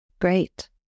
Great